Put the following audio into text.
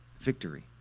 Victory